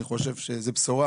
אני חושב שזו בשורה.